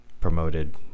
promoted